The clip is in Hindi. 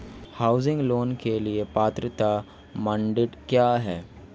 हाउसिंग लोंन के लिए पात्रता मानदंड क्या हैं?